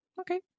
Okay